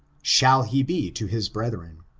shall he be to his brethren.